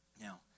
Now